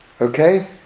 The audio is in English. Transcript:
Okay